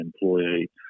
employee